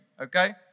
Okay